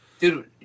dude